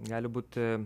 gali būti